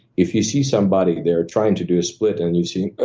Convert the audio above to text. if you see somebody there trying to do a split, and you see ah